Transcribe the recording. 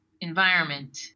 environment